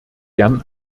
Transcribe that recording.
gern